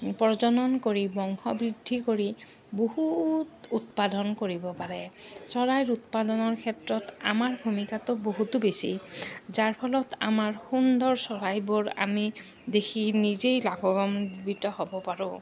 প্ৰজনন কৰি বংশ বৃদ্ধি কৰি বহুত উৎপাদন কৰিব পাৰে চৰাইৰ উৎপাদনৰ ক্ষেত্ৰত আমাৰ ভূমিকাটো বহুতো বেছি যাৰ ফলত আমাৰ সুন্দৰ চৰাইবোৰ আমি দেখি নিজেই লাভান্বিত হ'ব পাৰোঁ